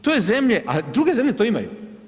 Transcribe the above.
To je zemlje, a druge zemlje to imaju.